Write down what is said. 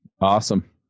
Awesome